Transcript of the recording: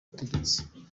ubutegetsi